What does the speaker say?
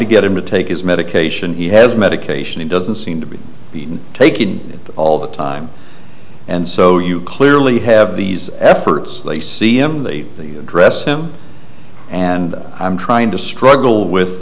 to get him to take his medication he has medication he doesn't seem to be in take in all the time and so you clearly have these efforts they see him the address him and i'm trying to struggle with